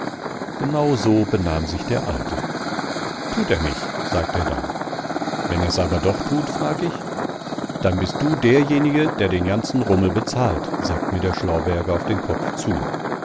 genau so benahm sich der alte tut er nich sagte er dann wenn er's aber doch tut frag ich dann bist du derjenige der den ganzen rummel bezahlt sagt mir der schlauberger auf den kopf zu